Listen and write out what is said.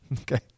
Okay